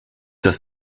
das